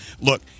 Look